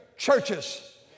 churches